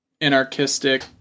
anarchistic